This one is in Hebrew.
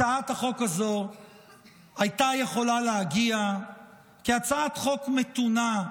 הצעת החוק הזו הייתה יכולה להגיע כהצעת חוק מתונה,